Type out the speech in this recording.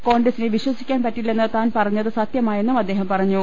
കോൺഗ്രസിനെ വിശ്വസിക്കാൻ പറ്റില്ലെന്ന് താൻ പറ്റഞ്ഞത് സത്യ മായെന്നും അദ്ദേഹം പറഞ്ഞു